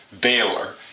Baylor